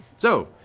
so,